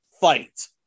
fight